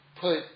put